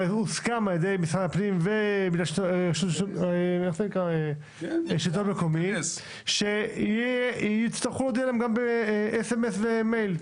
הסכימו משרד הפנים ומרכז השלטון המקומי שיצטרכו להודיע גם בסמס ומייל.